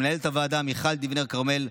למנהלת הוועדה מיכל דיבנר כרמל,